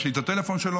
יש לי את הטלפון שלו: